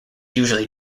usually